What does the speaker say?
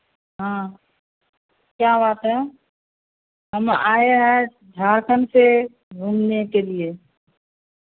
हाँ क्या बात है हम आये हैं झारखंड से घूमने के लिये